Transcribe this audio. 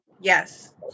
Yes